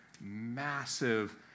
massive